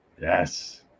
Yes